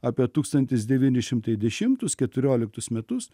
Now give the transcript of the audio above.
apie tūkstantis devyni šimtai dešimtus keturioliktus metus